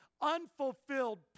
unfulfilled